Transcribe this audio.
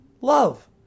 Love